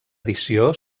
edició